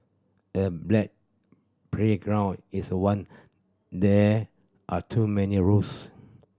a playground is one there are too many rules